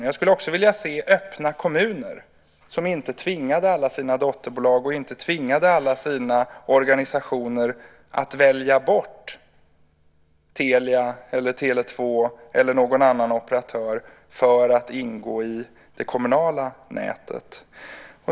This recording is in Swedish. Och jag skulle också vilja se öppna kommuner, som inte tvingade alla sina dotterbolag och organisationer att välja bort Telia, Tele 2 eller någon annan operatör för att i stället ingå i det kommunala nätet.